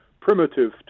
primitive